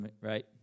Right